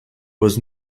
was